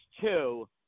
two